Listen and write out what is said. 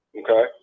Okay